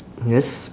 yes